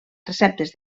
receptes